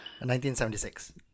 1976